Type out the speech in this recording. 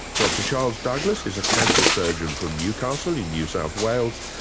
dr charles douglas is a cancer surgeon from newcastle in new south wales.